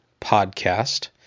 Podcast